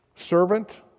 servant